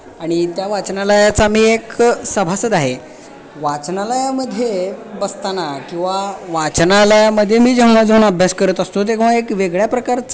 आणि त्या वाचनालयाचा मी एक सभासद आहे वाचनालयामध्ये बसताना किंवा वाचनालयामध्ये मी जेव्हा जाऊन अभ्यास करत असतो तेव्हा एक वेगळ्या प्रकारचं